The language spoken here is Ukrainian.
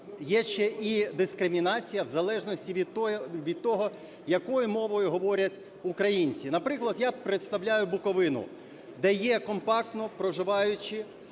є ще й дискримінація в залежності від того, якою мовою говорять українці. Наприклад, я представляю Буковину, де є компактно проживаючі